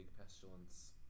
pestilence